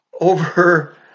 over